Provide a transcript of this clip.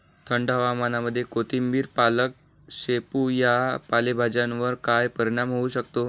थंड हवामानामध्ये कोथिंबिर, पालक, शेपू या पालेभाज्यांवर काय परिणाम होऊ शकतो?